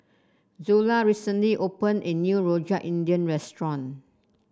Zula recently opened a new Rojak Indian restaurant